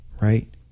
right